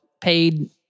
paid